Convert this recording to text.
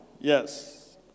yes